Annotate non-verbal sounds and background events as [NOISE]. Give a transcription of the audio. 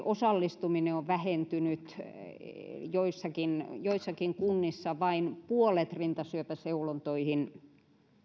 [UNINTELLIGIBLE] osallistuminen on vähentynyt joissakin joissakin kunnissa vain puolet rintasyöpäseulontoihin